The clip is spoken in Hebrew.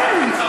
כן.